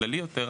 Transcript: כללי יותר,